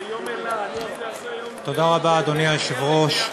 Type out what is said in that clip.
אדוני היושב-ראש,